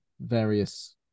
various